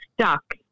stuck